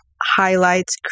highlights